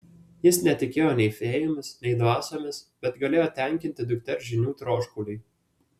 jis netikėjo nei fėjomis nei dvasiomis bet galėjo tenkinti dukters žinių troškulį